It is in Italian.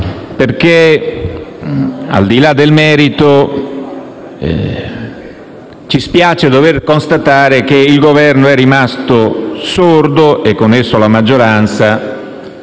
perché, al di là del merito, ci spiace dover constatare che il Governo è rimasto sordo, e con esso la maggioranza,